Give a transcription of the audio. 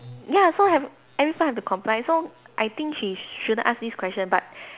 ya so every every firm have to comply so I think she shouldn't ask this question but